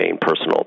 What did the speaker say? personal